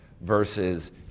versus